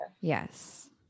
yes